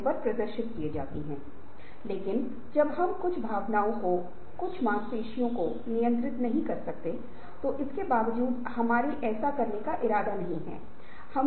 और परिवर्तन प्रबंधन एक प्रक्रिया है जिसे कर्मचारियों के साथ साथ संगठन के दृष्टिकोण से भी देखा जाना चाहिए